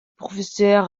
professeur